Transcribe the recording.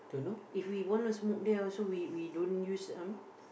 if we want to smoke there also we we don't use I mean